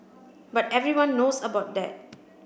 but everyone knows about that